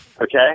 Okay